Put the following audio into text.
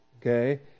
okay